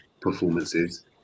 performances